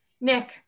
Nick